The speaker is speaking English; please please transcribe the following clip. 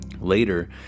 Later